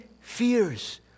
fears